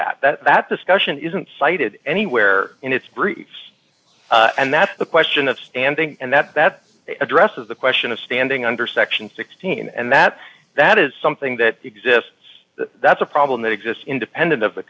that that that discussion isn't cited anywhere in its briefs and that's the question of standing and that that addresses the question of standing under section sixteen and that that is something that exists that's a problem that exists independent of the